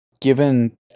Given